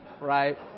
Right